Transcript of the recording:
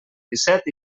disset